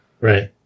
Right